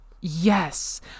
Yes